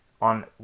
on